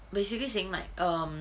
basically saying like um